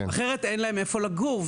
אחרת אין להם איפה לגור.